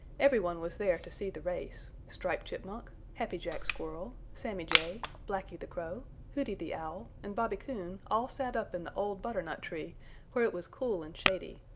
everyone was there to see the race striped chipmunk, happy jack squirrel, sammy jay, blacky the crow, hooty the owl and bobby coon all sat up in the old butternut tree where it was cool and shady.